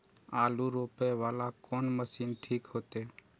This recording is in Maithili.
आलू रोपे वाला कोन मशीन ठीक होते?